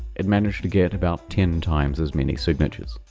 it managed to get about ten times as many signatures.